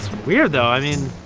weird though, i mean,